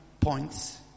points